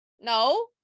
no